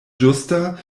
ĝusta